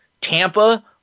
Tampa